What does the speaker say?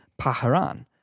Paharan